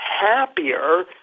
happier